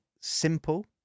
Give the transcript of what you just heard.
simple